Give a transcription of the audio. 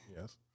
Yes